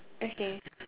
okay